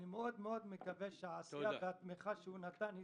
אני מאד מקווה שהתמיכה שנתן,